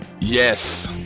Yes